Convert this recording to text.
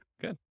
good